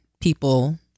people